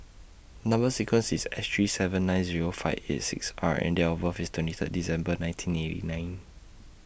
Number sequence IS S three seven nine Zero five eight six R and Date of birth IS twenty Third December nineteen eighty nine